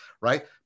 right